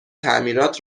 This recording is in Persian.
تعمیرات